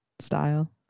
style